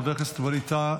חבר הכנסת ווליד טאהא,